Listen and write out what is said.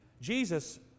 Jesus